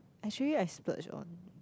actually I splurge on